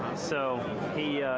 so he ah,